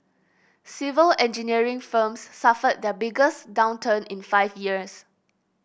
civil engineering firms suffered their biggest downturn in five years